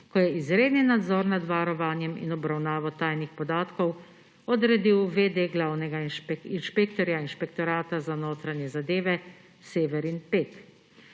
ko je izredni nadzor nad varovanjem in obravnavo tajnih podatkov odredil v. d. glavnega inšpektorja Inšpektorata za notranje zadeve Severin